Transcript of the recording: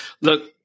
Look